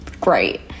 great